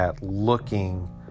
looking